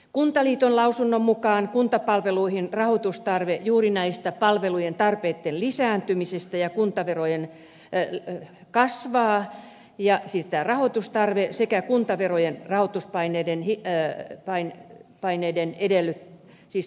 kuntaliiton lausunnon mukaan rahoitustarve kuntapalveluihin kasvaa juuri näistä palvelujen tarpeitten lisääntymisistä ja kuntaverojen rahoituspaineiden hikeä että paine paineiden edellä tähden